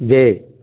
rate